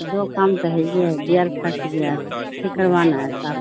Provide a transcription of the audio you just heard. دو کام تو ہے ہی ہے گیئر پھس گیا ٹھیک کروانا ہے صاف